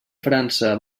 frança